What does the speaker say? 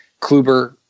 Kluber